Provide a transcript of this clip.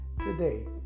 today